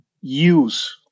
use